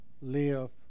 Live